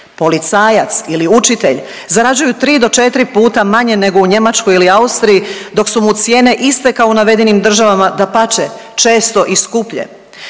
policajac ili učitelj zarađuju 3 do 4 puta manje nego u Njemačkoj ili Austriji dok su mu cijene iste kao u navedenim državama dapače često i skuplje.